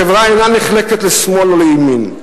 החברה אינה נחלקת לשמאל או לימין.